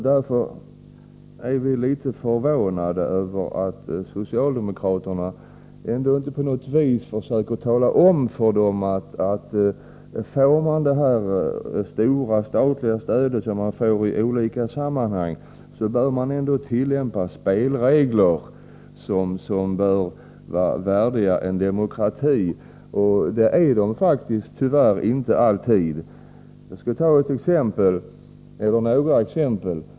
Därför är vi litet förvånade över att socialdemokraterna inte på något vis försöker tala om för organisationerna att när man får ett stort statligt stöd — som dessa organisationer får i olika sammanhang — så bör man tillämpa spelregler som är värdiga en demokrati. Tyvärr gör man faktiskt inte alltid det. Jag skall ta några exempel.